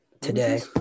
Today